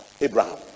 Abraham